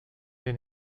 den